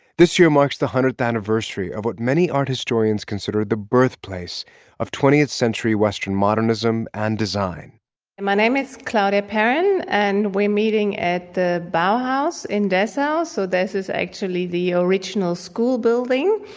this year marks the one hundredth anniversary of what many art historians consider the birthplace of twentieth century western modernism and design my name is claudia perren. and we're meeting at the bauhaus in dessau. so this is actually the original school building